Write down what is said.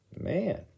man